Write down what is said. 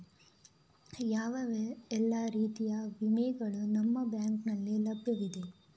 ಯಾವ ಎಲ್ಲ ರೀತಿಯ ವಿಮೆಗಳು ನಿಮ್ಮ ಬ್ಯಾಂಕಿನಲ್ಲಿ ಲಭ್ಯವಿದೆ?